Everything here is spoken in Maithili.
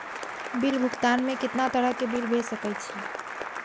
बिल भुगतान में कितना तरह के बिल भेज सके छी?